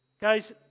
Guys